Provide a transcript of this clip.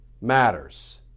matters